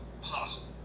possible